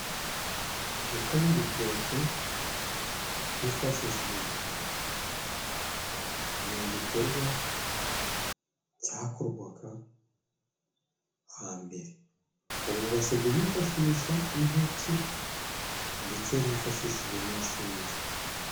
Gukama ibitoki hifashishijwe amokoro ni igikorwa cyakorwaga hambere. Ubu basigaye bifashisha intoki ndetse hifashishijwe n'ishinge.